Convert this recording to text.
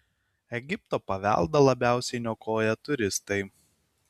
egipto paveldą labiausiai niokoja turistai